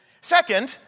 Second